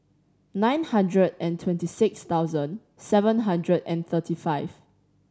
nine hundred and twenty six thousand seven hundred and thirty five